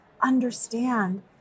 understand